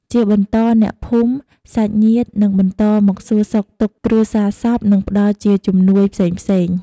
ជាបន្ត អ្នកភូមិ សាច់ញាតិ នឹងបន្តមកសួរសុខទុក្ខគ្រួសាររសព និងផ្តល់ជាជំនួយផ្សេងៗ។